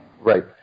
Right